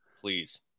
please